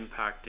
impacting